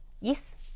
Yes